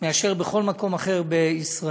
בסיכון רב יותר מאשר בכל מקום אחר בישראל.